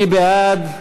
מי בעד?